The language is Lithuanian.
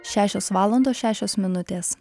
šešios valandos šešios minutės